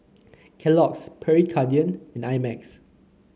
Kellogg's Pierre Cardin and I Max